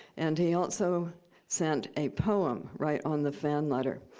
and he also sent a poem right on the fan letter.